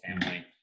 family